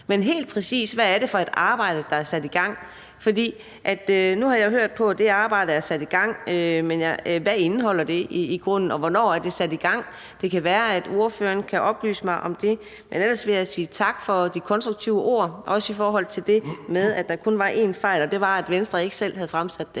det helt præcist for et arbejde, der er sat i gang? For nu har jeg jo hørt, at det arbejde er sat i gang, men hvad indeholder det i grunden, og hvornår er det sat i gang? Det kan være, at ordføreren kan oplyse mig om det. Men ellers vil jeg sige tak for de konstruktive ord, også i forhold til det med, at der kun var én fejl her, og det var, at Venstre ikke selv havde fremsat det.